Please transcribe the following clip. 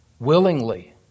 Willingly